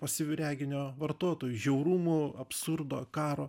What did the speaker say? pasyviu reginio vartotoju žiaurumų absurdo karo